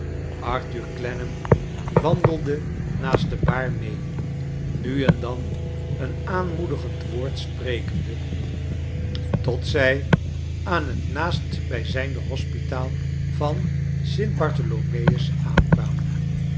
arthur clennam wandelde naast de baar mee nu en dan een aanmoedigend woord sprekende tot zij aan het naastbijzijnde hospitaal van st bartolomeus aankwamen